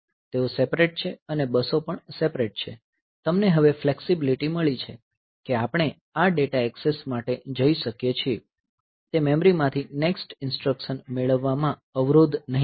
તેઓ સેપરેટ છે અને બસો પણ સેપરેટ છે તમને હવે ફ્લેક્સીબીલીટી મળી છે કે આપણે આ ડેટા એક્સેસ માટે જઈ શકીએ છીએ તે મેમરીમાંથી નેક્સ્ટ ઈન્સ્ટ્રકશન મેળવવામાં અવરોધ નહીં કરે